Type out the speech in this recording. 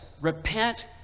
Repent